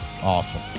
Awesome